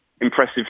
impressive